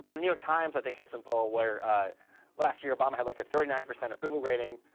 the new york times, i think, had some poll, where last year, obama had like a thirty nine percent approval rating,